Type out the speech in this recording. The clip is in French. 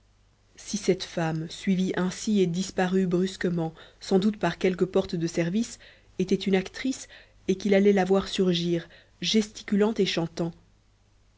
si cette femme suivie ainsi et disparue brusquement sans doute par quelque porte de service était une actrice et qu'il allait la voir surgir gesticulant et chantant